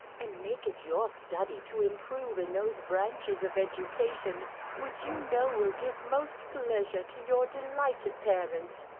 and make it your study to improve in those branches of education which you know will give most pleasure to your delighted parents,